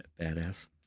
badass